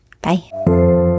Bye